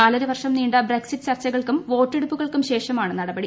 നാലരവർഷം നീണ്ട ബ്രെക്സിറ്റ് ചർച്ചകൾക്കും വോട്ടെടുപ്പുകൾക്കും ശേഷമാണ് നടപടി